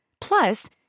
Plus